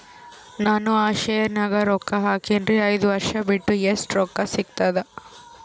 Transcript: ನಾನು ಆ ಶೇರ ನ್ಯಾಗ ರೊಕ್ಕ ಹಾಕಿನ್ರಿ, ಐದ ವರ್ಷ ಬಿಟ್ಟು ಎಷ್ಟ ರೊಕ್ಕ ಸಿಗ್ತದ?